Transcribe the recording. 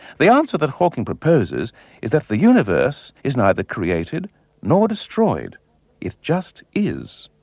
the answer that hawking proposes is that the universe is neither created nor destroyed it just is.